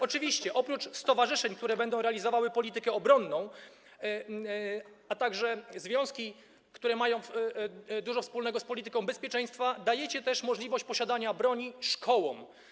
Oczywiście oprócz stowarzyszeń, które będą realizowały politykę obronną, a także związków, które mają dużo wspólnego z polityką bezpieczeństwa, dajecie też możliwość posiadania broni szkołom.